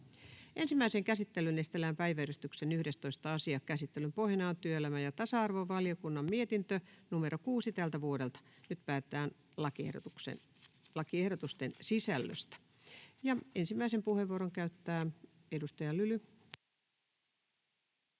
Ensimmäiseen käsittelyyn esitellään päiväjärjestyksen 11. asia. Käsittelyn pohjana on työelämä‑ ja tasa-arvovaliokunnan mietintö TyVM 6/2024 vp. Nyt päätetään lakiehdotusten sisällöstä. — Ensimmäisen puheenvuoron käyttää edustaja Lyly.